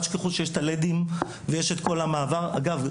אגב,